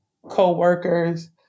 co-workers